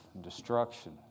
destruction